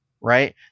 right